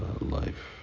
life